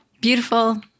beautiful